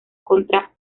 contra